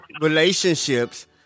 relationships